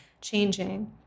changing